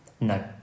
No